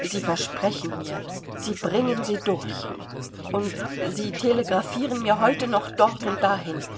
sie versprechen mir sie bringen sie durch und sie telegraphieren mir heute noch dort und dahin